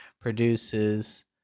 produces